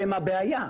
הם הבעיה.